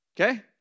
okay